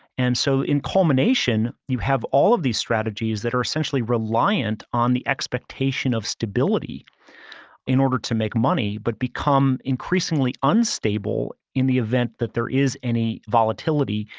and so, in culmination you have all of these strategies that are essentially reliant on the expectation of stability in order to make money but become increasingly unstable in the event that there is any volatility,